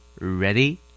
Ready